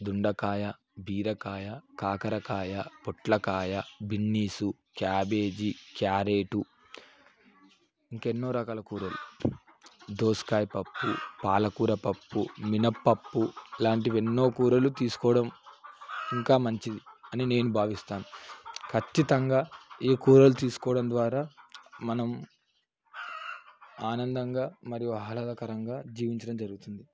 దొండకాయ బీరకాయ కాకరకాయ పొట్లకాయ బిన్స్ క్యాబేజీ క్యారెట్ ఇంకా ఎన్నో రకాల కూరలు దోసకాయ పప్పు పాలకూర పప్పు మినప్పప్పు ఇలాంటివి ఎన్నో కూరలు తీసుకోవడం ఇంకా మంచిది అని నేను భావిస్తాను ఖచ్చితంగా ఈ కూరలు తీసుకోవడం ద్వారా మనం ఆనందంగా మరియు ఆహ్లాదకరంగా జీవించడం జరుగుతుంది